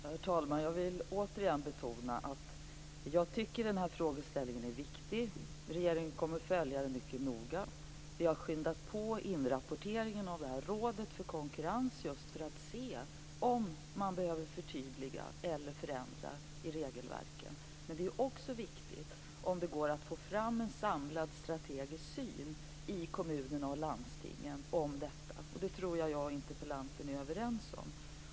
Herr talman! Jag vill återigen betona att jag tycker den här frågeställningen är viktig. Regeringen kommer att följa den mycket noga. Vi har skyndat på inrapporteringen från Rådet för konkurrens just för att se om man behöver förtydliga eller förändra i regelverken. Men det är också viktigt att det går att få fram en samlad strategisk syn i kommunerna och landstingen på detta. Och det tror jag att jag och interpellanten är överens om.